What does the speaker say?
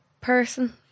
person